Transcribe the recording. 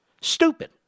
Stupid